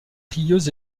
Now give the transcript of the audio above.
rieuse